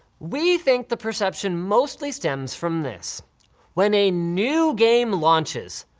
we think the perception mostly stands from this when a new game launches,